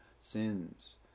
sins